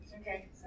Okay